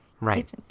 Right